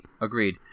Agreed